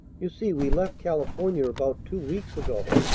you see we left california about two weeks ago,